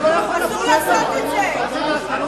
אסור לעשות את זה.